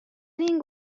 این